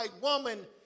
woman